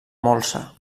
molsa